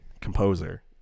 composer